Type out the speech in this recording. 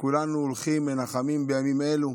כולנו הולכים, מנחמים בימים אלו.